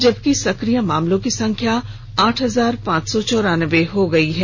जबकि सक्रिय मामलों की संख्या आठ हजार पांच सौ चौरानबे हो गई है